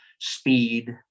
speed